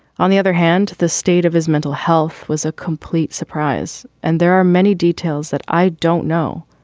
on the other hand, the state of his mental health was a complete surprise, and there are many details that i don't know.